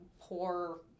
poor